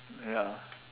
ya